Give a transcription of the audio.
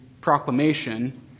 proclamation